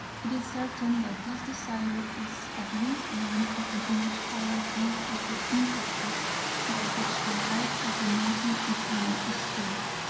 it is certain that this desire is at least one of the most powerful of the impulses by which the life of the nation is being stirred.